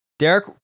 Derek